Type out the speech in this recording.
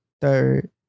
third